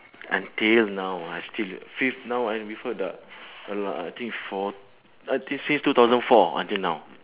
until now I still feel now I with her the uh I think four I think since two thousand four until now